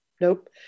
nope